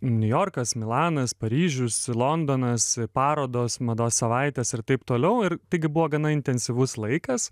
niujorkas milanas paryžius londonas parodos mados savaitės ir taip toliau ir taigi buvo gana intensyvus laikas